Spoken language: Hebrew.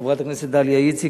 חברת הכנסת דליה איציק,